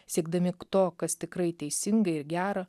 siekdami to kas tikrai teisinga ir gera